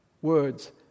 Words